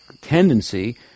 tendency